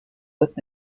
with